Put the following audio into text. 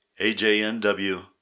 AJNW